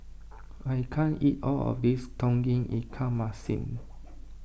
I can't eat all of this Tauge Ikan Masin